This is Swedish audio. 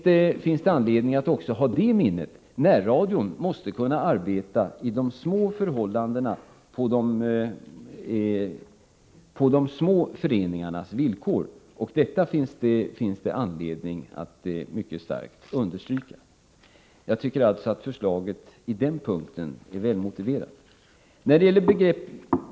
Det finns anledning att mycket starkt understryka att närradion måste kunna arbeta i de små förhållandena på de små föreningarnas villkor. Jag tycker alltså att förslaget på den punkten är väl motiverat. Jag ber att få återkomma i nästa replik.